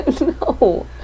No